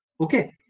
Okay